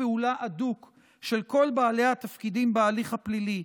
פעולה הדוק של כל בעלי התפקידים בהליך הפלילי,